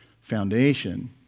foundation